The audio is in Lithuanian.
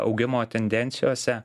augimo tendencijose